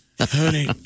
Honey